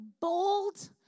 bold